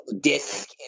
disc